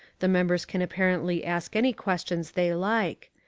the members can apparently ask any questions they like.